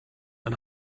and